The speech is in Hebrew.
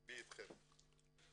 לבי אתכם.